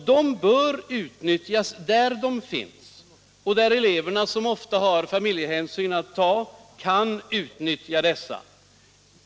De bör utnyttjas där de finns och där eleverna, som ofta har familjehänsyn att ta, kan utnyttja dem.